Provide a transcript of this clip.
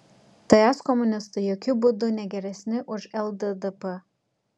ts komunistai jokiu būdu ne geresni už lddp